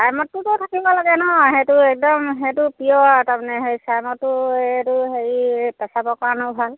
চাইমদটোটো থাকিব লাগে নহয় সেইটো একদম সেইটো পিয়ৰ তাৰমানে সেই চাইমদটো এইটো হেৰি পেচাবৰ কাৰণেও ভাল